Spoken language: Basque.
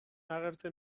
agertzen